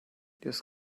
just